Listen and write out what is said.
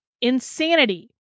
insanity